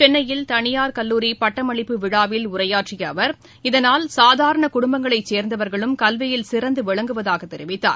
சென்னையில் தனியார் கல்லூரி பட்டமளிப்பு விழாவில் உரையாற்றிய அவர் இதனால் சாதாரண குடும்பங்களைச் சேர்ந்தவர்களும் கல்வியில் சிறந்து விளங்குவதாகத் தெரிவித்தார்